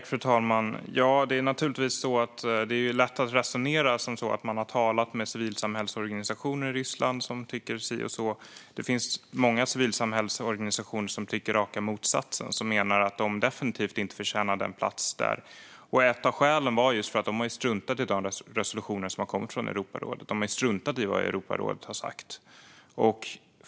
Fru talman! Det är lätt att resonera om att man har talat med civilsamhällets organisationer i Ryssland som tycker si och så. Det finns många civilsamhällsorganisationer som tycker raka motsatsen, som menar att Ryssland definitivt inte förtjänar en plats där. Ett av skälen är att Ryssland har struntat i de resolutioner som har kommit från Europarådet och vad man har sagt.